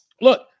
Look